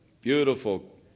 beautiful